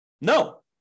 No